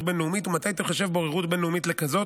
בין-לאומית ומתי תיחשב בוררות בין-לאומית לכזאת.